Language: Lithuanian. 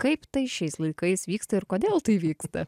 kaip tai šiais laikais vyksta ir kodėl tai vyksta